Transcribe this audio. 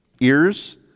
ears